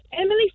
emily